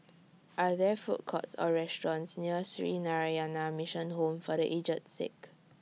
Are There Food Courts Or restaurants near Sree Narayana Mission Home For The Aged Sick